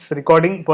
recording